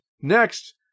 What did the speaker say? next